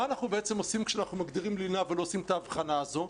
מה אנחנו בעצם עושים כשאנחנו מגדירים לינה ולא עושים את ההבחנה הזו?